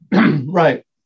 Right